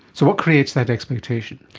so what creates that expectation?